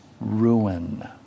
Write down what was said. ruin